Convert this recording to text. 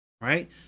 right